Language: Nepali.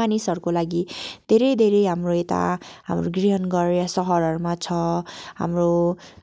मानिसहरूको लागि धेरै धेरै हाम्रो यता हाम्रो गृहनगर सहरहरूमा छ हाम्रो